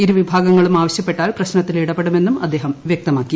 ഇരു വിഭാഗങ്ങളും ആവശ്യപ്പെട്ടാൽ പ്രശ്നത്തിൽ ഇടപെടുമെന്നും അദ്ദേഹം വ്യക്തമാക്കി